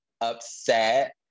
upset